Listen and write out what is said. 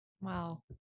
Wow